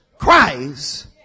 Christ